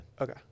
Okay